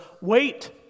Wait